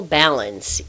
balance